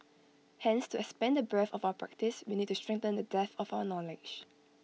hence to expand the breadth of our practice we need to strengthen the depth of our knowledge